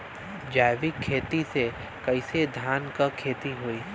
जैविक खेती से कईसे धान क खेती होई?